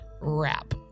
wrap